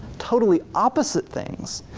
totally opposite things.